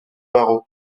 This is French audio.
barrow